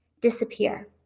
disappear